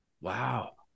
Wow